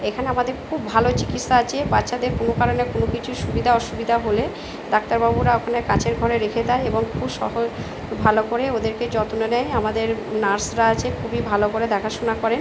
এখানে আমাদের খুব ভালো চিকিৎসা আছে বাচ্চাদের কোনো কারণে কোনো কিছু সুবিধা অসুবিধা হলে ডাক্তারবাবুরা ওখানে কাঁচে ঘরে রেখে দেয় এবং খুব সহ ভালো করে ওদেরকে যত্ন নেয় আমাদের নার্সরা আছে খুবই ভালো করে দেখাশুনা করেন